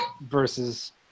versus